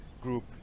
group